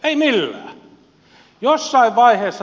ei millään